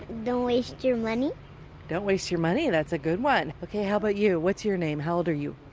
don't waste your money don't waste your money. that's a good one. ok how about you? what's your name? how old are you?